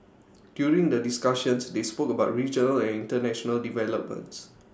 during the discussions they spoke about regional and International developments